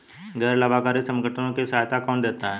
गैर लाभकारी संगठनों के लिए सहायता कौन देता है?